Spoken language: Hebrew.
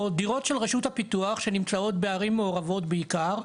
או דירות של רשות הפיתוח שנמצאות בערים מעורבות בעיקר,